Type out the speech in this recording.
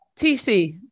TC